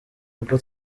ubwo